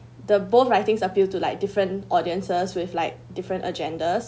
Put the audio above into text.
the both writings appeal to like different audiences with like different agendas